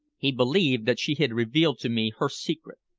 he believed that she had revealed to me her secret.